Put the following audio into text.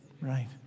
right